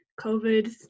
COVID